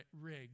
rig